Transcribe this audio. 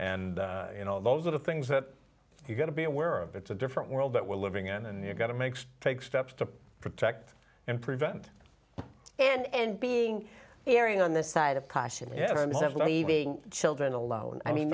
and you know those are the things that you've got to be aware of it's a different world that we're living in and you've got to make take steps to protect and prevent and being airing on the side of caution leaving children alone i mean